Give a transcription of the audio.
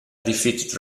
defeated